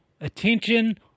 Attention